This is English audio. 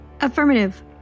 Affirmative